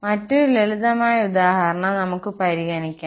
മറ്റൊരു ലളിതമായ ഉദാഹരണം നമുക്ക് പരിഗണിക്കാം